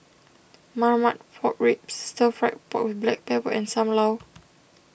Marmite Pork Ribs Stir Fried Pork with Black Pepper and Sam Lau